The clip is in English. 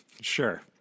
Sure